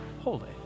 holy